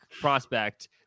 prospect